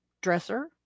dresser